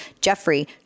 Jeffrey